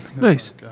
Nice